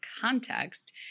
context